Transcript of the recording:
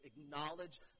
acknowledge